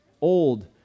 old